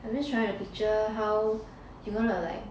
I'm just trying to picture how you gonna like